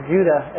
Judah